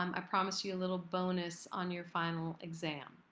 um i promise you a little bonus on your final exam.